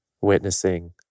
witnessing